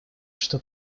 что